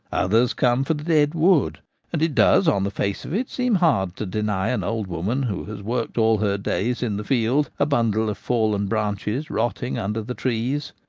others come for the dead wood and it does on the face of it seem hard to deny an old woman who has worked all her days in the field a bundle of fallen branches rotting under the trees.